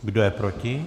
Kdo je proti?